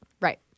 Right